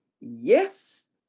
yes